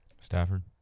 Stafford